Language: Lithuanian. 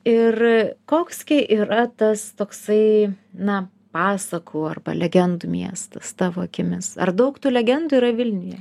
ir koks gi yra tas toksai na pasakų arba legendų miestas tavo akimis ar daug tų legendų yra vilniuje